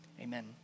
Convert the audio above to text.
amen